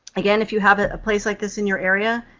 again, if you have a place like this in your area,